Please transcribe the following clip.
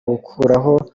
gukuraho